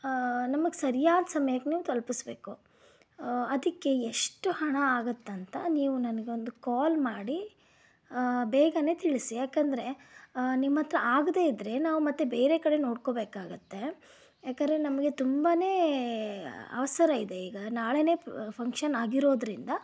ನಮಗೆ ಸರಿಯಾದ ಸಮಯಕ್ಕೆ ನೀವು ತಲುಪಿಸ್ಬೇಕು ಅದಕ್ಕೆ ಎಷ್ಟು ಹಣ ಆಗುತ್ತಂತ ನೀವು ನನಗೆ ಒಂದು ಕಾಲ್ ಮಾಡಿ ಬೇಗನೇ ತಿಳಿಸಿ ಯಾಕೆಂದ್ರೆ ನಿಮ್ಮತ್ರ ಆಗದೇ ಇದ್ರೆ ನಾವು ಮತ್ತೆ ಬೇರೆ ಕಡೆ ನೋಡ್ಕೊಬೇಕಾಗತ್ತೆ ಯಾಕಂದ್ರೆ ನಮಗೆ ತುಂಬನೇ ಅವಸರ ಇದೆ ಈಗ ನಾಳೆನೇ ಫಂಕ್ಷನ್ ಆಗಿರೋದರಿಂದ